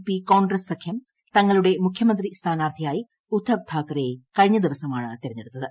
P കോൺഗ്രസ്റ്റ് സഖ്യം തങ്ങളുടെ മുഖ്യമന്ത്രി സ്ഥാനാർത്ഥിയായി ഉദ്ധവ് താക്കറയെ കഴിഞ്ഞ ദിവസമാണ് തെരഞ്ഞെടുത്തത്